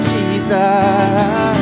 Jesus